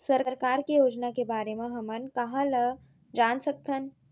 सरकार के योजना के बारे म हमन कहाँ ल जान सकथन?